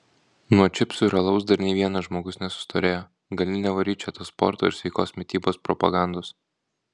nuo čipsų ir alaus dar nei vienas žmogus nesustorėjo gali nevaryt čia tos sporto ir sveikos mitybos propagandos